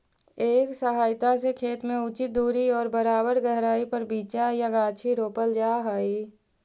एकर सहायता से खेत में उचित दूरी और बराबर गहराई पर बीचा या गाछी रोपल जा हई